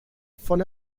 von